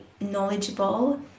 knowledgeable